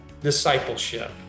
discipleship